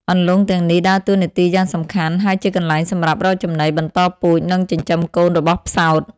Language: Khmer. អន្លង់ទាំងនេះដើរតួនាទីយ៉ាងសំខាន់ហើយជាកន្លែងសម្រាប់រកចំណី បន្តពូជ និងចិញ្ចឹមកូនរបស់ផ្សោត។